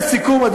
לסיכום,